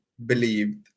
believed